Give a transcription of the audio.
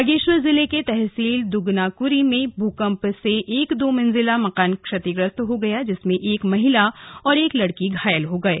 बागेश्वर जिले के तहसील दुगनाकुरी में भूकंप से एक दोमंजिला मकान क्षतिग्रस्त हो गया जिसमें एक महिला और एक लड़की घायल हो गये